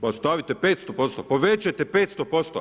Pa stavite 500%, povećajte 500%